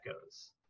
goes